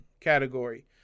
category